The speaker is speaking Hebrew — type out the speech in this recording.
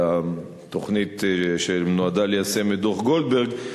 תוכנית שנועדה ליישם את דוח-גולדברג,